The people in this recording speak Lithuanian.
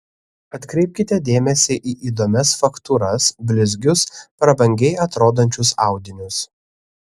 atkreipkite dėmesį į įdomias faktūras blizgius prabangiai atrodančius audinius